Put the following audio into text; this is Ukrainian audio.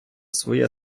своє